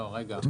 רגע.